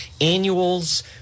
annuals